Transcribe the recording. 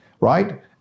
right